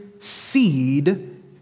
seed